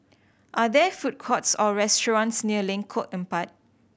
are there food courts or restaurants near Lengkok Empat